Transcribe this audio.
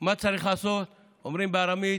מה צריך לעשות, אומרים בארמית: